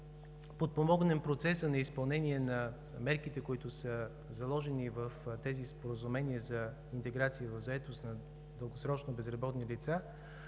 подпомогнем процеса на изпълнение на мерките, които са заложени в тези споразумения за интеграция в заетост на дългосрочно безработни лица,